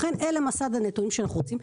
זה מסד הנתונים שאנחנו רוצים,